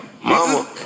mama